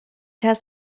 has